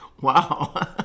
Wow